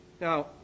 Now